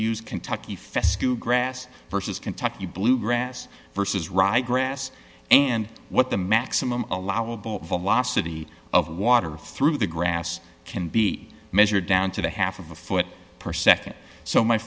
use can tukey fescue grass versus kentucky bluegrass versus ryegrass and what the maximum allowable velocity of water through the grass can be measured down to the half of a foot per nd so my